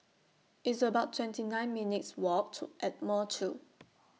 It's about twenty nine minutes' Walk to Ardmore two